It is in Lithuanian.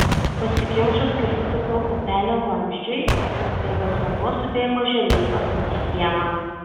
užsikimšus girstupio upelio vamzdžiui visas turgaus vanduo subėgo žemyn pas mus į kiemą